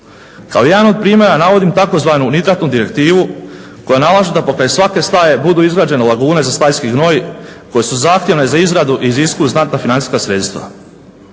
Kao jedan od primjera navodim tzv. "nitratnu direktivu" koja nalaže da pokraj svake staje budu izgrađene lagune za stajski gnoj koje su zahtjevne za izradu i iziskuju znatna financijska sredstva.